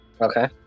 Okay